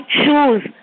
choose